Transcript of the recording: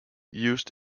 used